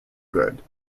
good